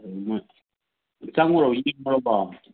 ꯑꯗꯨ ꯃꯣꯏ ꯆꯪꯉꯨꯔꯕꯣ ꯌꯦꯡꯉꯨꯔꯕꯣ